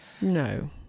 no